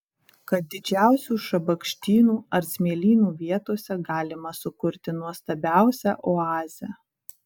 kad didžiausių šabakštynų ar smėlynų vietose galima sukurti nuostabiausią oazę